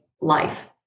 life